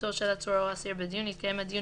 נוכחותו של עצור או אסיר בדיון, יתקיים הדיון